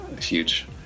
huge